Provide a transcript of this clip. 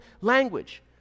language